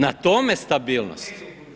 Na tome stabilnost?